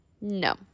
No